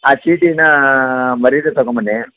ಆ ಚೀಟಿನ ಮರಿದೇ ತೊಗೊಂಬನ್ನಿ